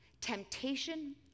temptation